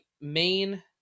main –